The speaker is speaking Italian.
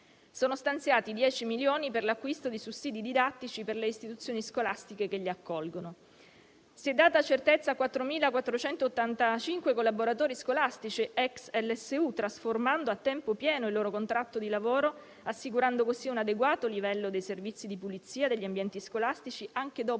stanziati 10 milioni di euro per l'acquisto di sussidi didattici per le istituzioni scolastiche che li accolgono. Si è data certezza a 4.485 collaboratori scolastici ex LSU, trasformando a tempo pieno il loro contratto di lavoro, assicurando così un adeguato livello dei servizi di pulizia degli ambienti scolastici anche dopo